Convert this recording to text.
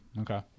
Okay